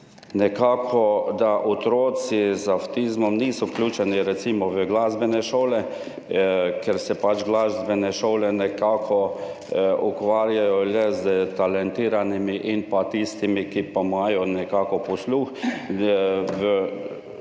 [moti], da otroci z avtizmom niso vključeni recimo v glasbene šole, ker se pač glasbene šole nekako ukvarjajo le s talentiranimi in tistimi, ki imajo posluh, v tem